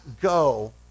go